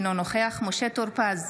אינו נוכח משה טור פז,